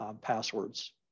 Passwords